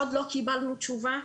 עוד לא קיבלנו תשובה.